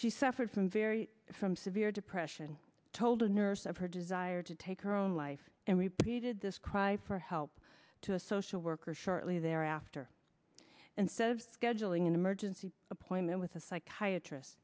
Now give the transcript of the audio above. she suffered from very from severe depression told a nurse of her desire to take her own life and repeated this cry for help to a social worker shortly thereafter instead of scheduling an emergency appointment with a psychiatr